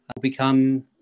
become